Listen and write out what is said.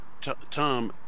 Tom